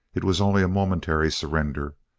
it was only a momentary surrender.